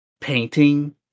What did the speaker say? painting